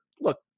look